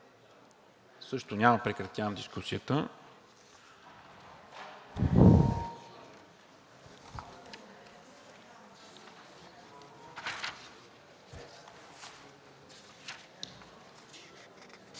Също няма. Прекратявам дискусията.